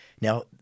Now